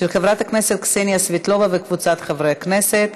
של חברת הכנסת קסניה סבטלובה וקבוצת חברי הכנסת.